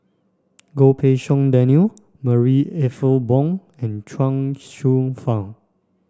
Goh Pei Siong Daniel Marie Ethel Bong and Chuang Hsueh Fang